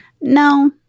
No